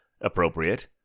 appropriate